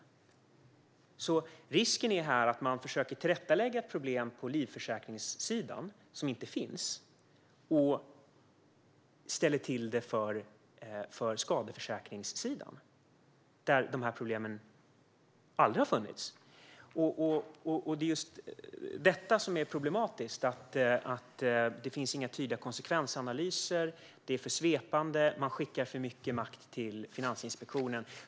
Så risken är att man försöker komma till rätta med ett problem på livförsäkringssidan som inte finns och ställer till det för skadeförsäkringssidan, där dessa problem aldrig har funnits. Det är just detta som är problematiskt: Det finns inte några tydliga konsekvensanalyser, det är för svepande och man skickar för mycket makt till Finansinspektionen.